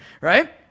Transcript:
Right